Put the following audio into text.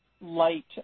light